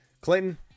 Clinton